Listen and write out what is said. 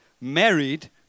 married